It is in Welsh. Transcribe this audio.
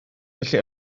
felly